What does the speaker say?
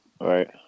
right